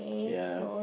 ya